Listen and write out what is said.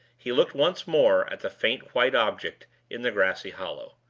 he looked once more at the faint white object, in the grassy hollow.